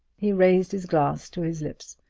he raised his glass to his lips.